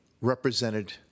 represented